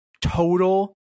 total